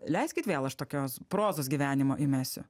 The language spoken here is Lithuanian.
leiskit vėl aš tokios prozos gyvenimo įmesiu